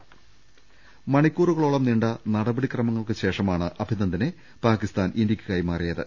രുട്ട്ട്ട്ട്ട്ട്ട്ട മണിക്കൂറുകളോളം നീണ്ട നടപടിക്രമങ്ങൾക്ക് ശേഷമാണ് അഭിനന്ദനെ പാക്കിസ്ഥാൻ ഇന്ത്യക്ക് കൈമാറിയത്